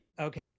Okay